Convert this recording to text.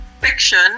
fiction